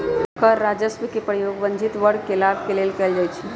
कर राजस्व के प्रयोग वंचित वर्ग के लाभ लेल कएल जाइ छइ